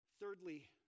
Thirdly